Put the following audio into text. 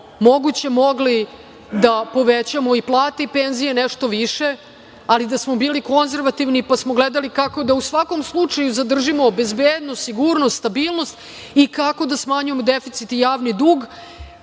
moguće mogli da povećamo i plate i penzije nešto više, ali da smo bili konzervativni pa smo gledali kako da u svakom slučaju zadržimo bezbednost, sigurnost, stabilnost i kako da smanjujemo deficit i javni dug.